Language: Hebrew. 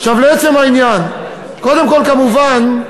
עכשיו לעצם העניין: קודם כול, כמובן,